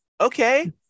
Okay